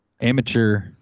Amateur